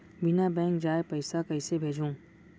बिना बैंक जाये पइसा कइसे भेजहूँ?